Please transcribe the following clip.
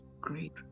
great